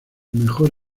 mejor